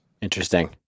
interesting